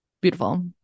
Beautiful